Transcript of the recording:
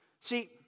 See